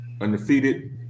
undefeated